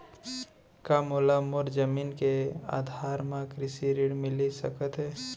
का मोला मोर जमीन के आधार म कृषि ऋण मिलिस सकत हे?